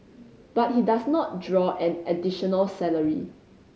but he does not draw an additional salary